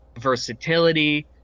versatility